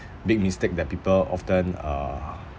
big mistake that people often uh